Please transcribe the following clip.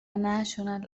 national